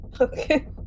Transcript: Okay